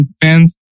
fans